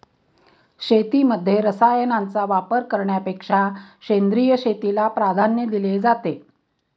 शेतीमध्ये रसायनांचा वापर करण्यापेक्षा सेंद्रिय शेतीला प्राधान्य दिले जाते